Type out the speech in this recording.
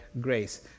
grace